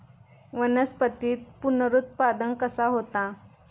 वनस्पतीत पुनरुत्पादन कसा होता?